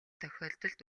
тохиолдолд